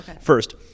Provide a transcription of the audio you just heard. First